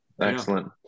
excellent